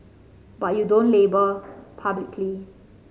but you don't label publicly